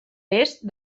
est